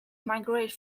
migrate